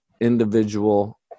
individual